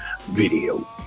video